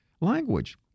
language